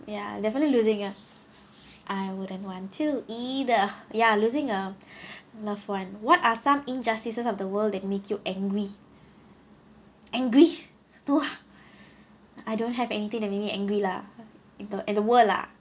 ya definitely losing ya I wouldn't want till either ya losing a loved one what are some injustices of the world that make you angry angry no I don't have anything that make me angry lah in the in the world lah